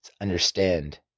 understand